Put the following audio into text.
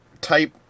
type